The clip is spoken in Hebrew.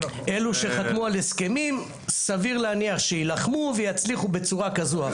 אלה שחתמו על הסכמים סביר להניח שיילחמו ויצליחו בצורה כזו או אחרת.